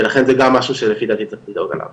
ולכן זה גם משהו שלפי דעתי צריך לדאוג עליו.